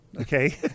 Okay